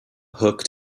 hook